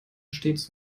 stets